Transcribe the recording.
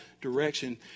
direction